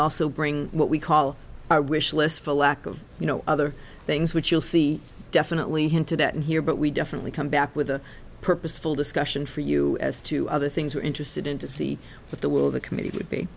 also bring what we call our wish list for lack of you know other things which you'll see definitely hinted at in here but we definitely come back with a purposeful discussion for you as to other things we're interested in to see what the will of the committee would be